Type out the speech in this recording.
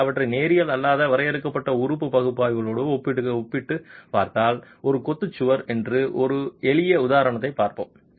நீங்கள் அவற்றை நேரியல் அல்லாத வரையறுக்கப்பட்ட உறுப்பு பகுப்பாய்வோடு ஒப்பிட்டுப் பார்த்தால் ஒரு கொத்து சுவர் என்று ஒரு எளிய உதாரணத்தைப் பார்ப்போம்